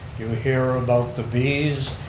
you hear about the bees,